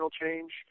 change